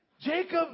Jacob